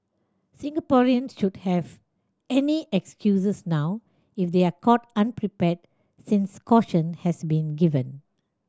Singaporeans should not have any excuses now if they are caught unprepared since caution has been given